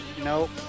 Nope